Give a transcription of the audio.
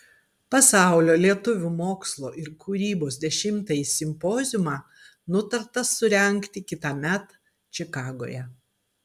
pasaulio lietuvių mokslo ir kūrybos dešimtąjį simpoziumą nutarta surengti kitąmet čikagoje